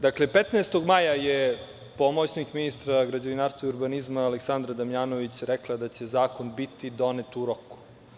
Dakle, 15. maja je pomoćnik ministra građevinarstva i urbanizma, Aleksandra Damjanović, rekla da će zakon biti donet u roku.